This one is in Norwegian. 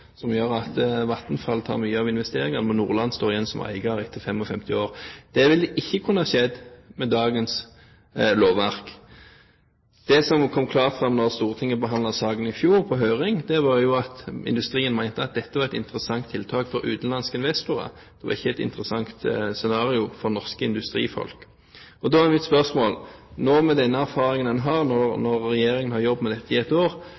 som gjør at Vattenfall tar mye av investeringene, men der Nordland står igjen som eier etter 55 år. Det ville ikke kunne skjedd med dagens lovverk. Det som kom klart fram da Stortinget hadde saken på høring i fjor, var at industrien mente at dette var et interessant tiltak for utenlandske investorer, det var ikke et interessant scenario for norske industrifolk. Da er mitt spørsmål: Med den erfaringen en har etter at regjeringen har jobbet med dette i et år,